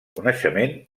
coneixement